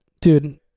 dude